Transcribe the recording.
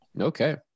Okay